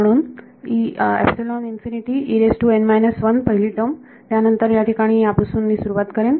म्हणून पहिली टर्म त्यानंतर याठिकाणी यापासून मी सुरुवात करेन